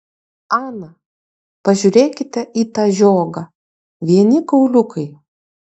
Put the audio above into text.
ana pažiūrėkite į tą žiogą vieni kauliukai